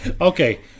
Okay